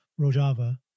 Rojava